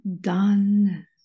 done